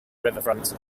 riverfront